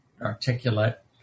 articulate